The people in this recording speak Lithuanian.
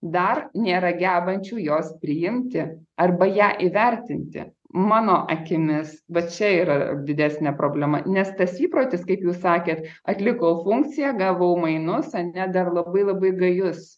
dar nėra gebančių jos priimti arba ją įvertinti mano akimis vat čia yra didesnė problema nes tas įprotis kaip jūs sakėt atliko funkciją gavau mainus ar ne dar labai labai gajus